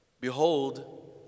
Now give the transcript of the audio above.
Behold